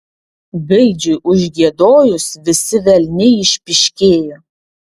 gaidžiui užgiedojus visi velniai išpyškėjo